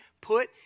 put